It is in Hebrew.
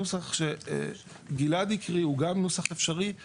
הנוסח שגלעד הקריא אפשרי גם הוא,